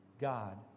God